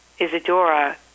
Isadora